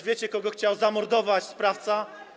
Wiecie, kogo chciał zamordować sprawca?